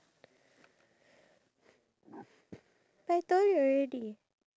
that's good for you for me no I haven't achieved